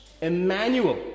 Emmanuel